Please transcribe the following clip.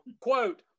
quote